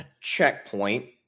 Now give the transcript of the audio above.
checkpoint